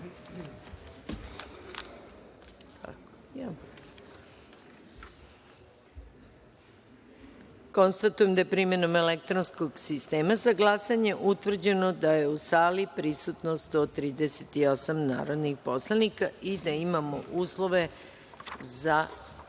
glasanje. Konstatujem da je primenom elektronskom sistema za glasanje utvrđeno da je u sali prisutno 138 narodnih poslanika i da imamo uslove za